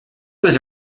was